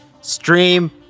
Stream